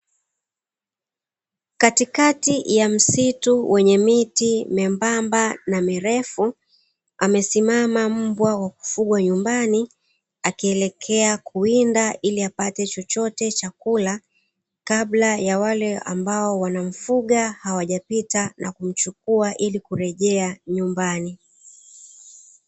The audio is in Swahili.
Katikati ya msitu wenye miti membamba na mirefu amesimama mbwa wa kufugwa nyumbani, akielekea kuwinda ili apate chochote cha kula kabla ya wale ambao wanamfuga hawajapita na kumchukua ili kurejea nyumbani.